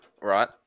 right